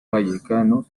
vallecano